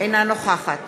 אינה נוכחת